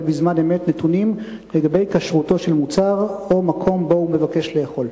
בזמן אמת נתונים לגבי כשרותו של מוצר או מקום שבו הוא מבקש לאכול?